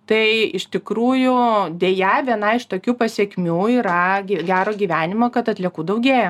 tai iš tikrųjų deja viena iš tokių pasekmių yra gi gero gyvenimo kad atliekų daugėja